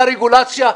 מהרגולציה,